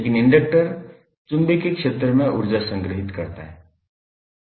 लेकिन इंडक्टर चुंबकीय क्षेत्र में ऊर्जा संग्रहीत करता है